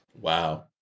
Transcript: Wow